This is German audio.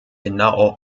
genau